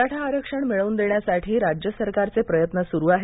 मराठा आरक्षण मिळवून देण्यासाठी राज्य सरकारचे प्रयत्न सुरु आहेत